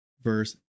verse